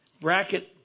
bracket